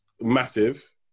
massive